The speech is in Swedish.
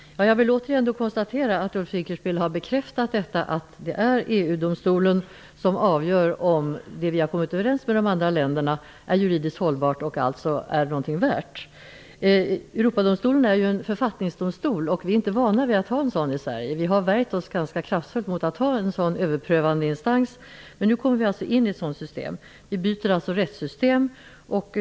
Fru talman! Jag vill återigen konstatera att Ulf Dinkelspiel har bekräftat att EU-domstolen avgör om det vi har kommit överens om med de andra länderna är juridiskt hållbart och således någonting värt. Europadomstolen är en författningsdomstol. Vi är inte vana vid att ha en sådan i Sverige. Vi har värjt oss ganska kraftfullt mot att ha en sådan överprövande instans, men nu kommer vi in i ett sådant system. Vi byter alltså rättssystem.